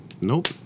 Nope